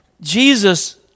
Jesus